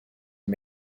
are